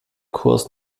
kurs